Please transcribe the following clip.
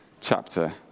chapter